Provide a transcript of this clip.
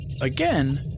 again